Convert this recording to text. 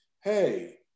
hey